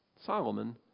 Solomon